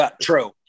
True